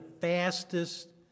fastest